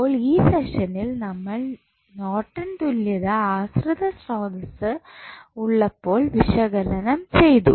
അപ്പോൾ ഈ സെഷനിൽ നമ്മൾ നോർട്ടൺ തുല്യത ആശ്രിത സ്രോതസ്സ് ഉള്ളപ്പോൾ വിശകലനം ചെയ്തു